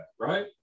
right